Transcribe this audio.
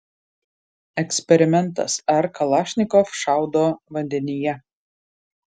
eksperimentas ar kalašnikov šaudo vandenyje